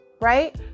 right